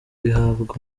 ihabwa